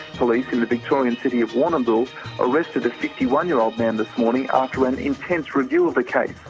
police in the victorian city of warrnambool arrested a fifty one year old man this morning after an intense review of the case,